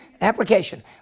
application